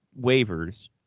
waivers